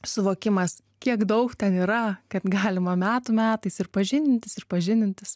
suvokimas kiek daug ten yra kad galima metų metais ir pažindintis ir pažindintis